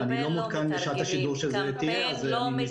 אני לא מעודכן בשעת השידור שזה יהיה,